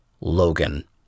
Logan